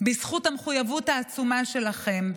בזכות המחויבות העצומה שלכם,